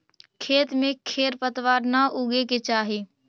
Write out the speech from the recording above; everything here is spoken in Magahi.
खेत में खेर पतवार न उगे के चाही